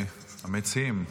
המציעים,